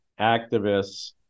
activists